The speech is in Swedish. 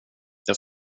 jag